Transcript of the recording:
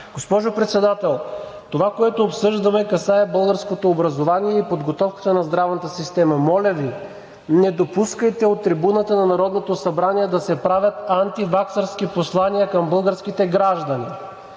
Госпожо Председател, това, което обсъждаме, касае българското образование и подготовката на здравната система. Моля Ви, не допускайте от трибуната на Народното събрание да се правят антиваксърски послания към българските граждани!